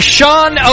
Sean